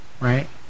Right